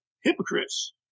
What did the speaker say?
hypocrites